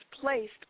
placed